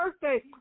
birthday